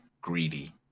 greedy